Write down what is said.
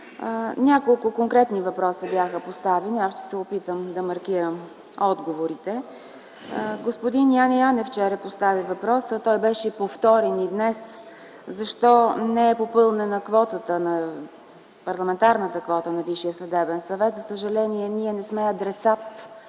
Няколко конкретни въпроси бяха поставени и аз ще се опитам да маркирам отговорите. Господин Яне Янев вчера постави въпроса, който беше повторен и днес – защо не е попълнена парламентарната квота на Висшия съдебен съвет. За съжаление ние не сме адресат